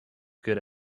good